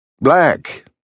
Black